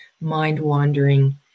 mind-wandering